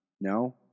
No